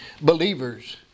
believers